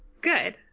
good